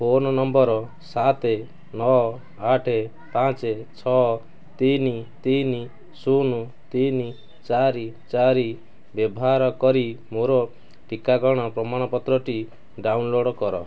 phone ନମ୍ବର ସାତ ନଅ ଆଠ ପାଞ୍ଚ ଛଅ ତିନି ତିନି ଶୂନ ତିନି ଚାରି ଚାରି ବ୍ୟବହାର କରି ମୋର ଟିକାକରଣର ପ୍ରମାଣପତ୍ରଟି ଡ଼ାଉନଲୋଡ଼୍ କର